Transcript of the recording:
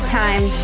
time